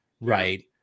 Right